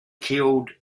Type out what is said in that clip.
killed